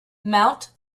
mount